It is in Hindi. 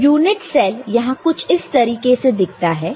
तो यूनिट सेल यहां कुछ इस तरीके से दिखता है